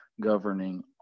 governing